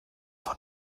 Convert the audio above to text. von